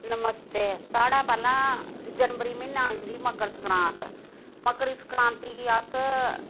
नमस्ते साढ़े पैह्लें जनवरी म्हीना आइंदी मकर सक्रांत मकर सक्रांति गी अस